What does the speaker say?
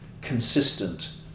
consistent